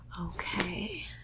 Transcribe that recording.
Okay